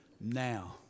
Now